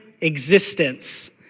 existence